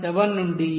7 నుండి 0